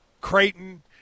Creighton